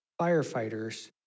firefighters